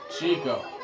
Chico